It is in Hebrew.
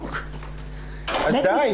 אז די.